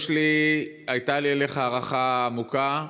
הייתה לי אליך הערכה עמוקה,